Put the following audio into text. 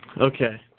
Okay